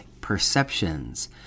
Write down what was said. perceptions